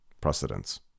precedence